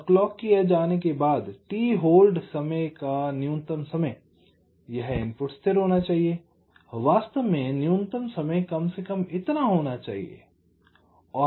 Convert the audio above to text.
और क्लॉक की एज आने के बाद t होल्ड समय का न्यूनतम समय यह इनपुट स्थिर होना चाहिए वास्तव में न्यूनतम समय कम से कम इतना होना चाहिए